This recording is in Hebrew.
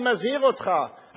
אני מזהיר אותך,